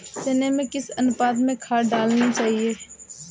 चने में किस अनुपात में खाद डालनी चाहिए?